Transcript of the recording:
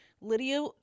Lydia